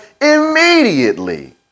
immediately